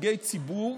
שנציגי ציבור